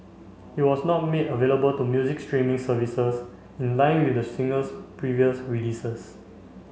it was not made available to music streaming services in line with the singer's previous releases